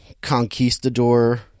conquistador